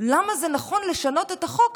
למה זה נכון לשנות את החוק